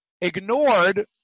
ignored